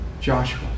Joshua